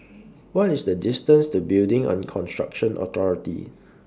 What IS The distance to Building and Construction Authority